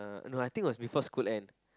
no I think it was before school end